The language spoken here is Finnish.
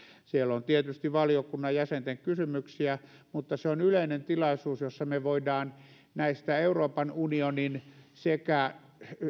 siellä on tietysti valiokunnan jäsenten kysymyksiä mutta se on yleinen tilaisuus jossa me voimme näistä euroopan unionin sekä